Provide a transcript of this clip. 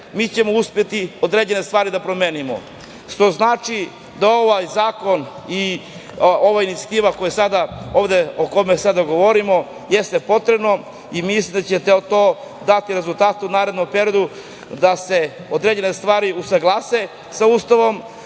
ćemo uspeti određene stvari da promenimo, što znači da ovaj zakon i ova inicijativa o kojoj sada govorimo jeste potrebna i mislim da će to dati rezultate u narednom periodu, da se određen stvari usaglase sa Ustavom,